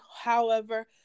however-